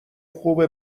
خوب